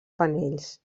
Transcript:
panells